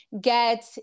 get